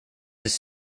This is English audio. his